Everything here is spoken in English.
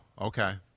Okay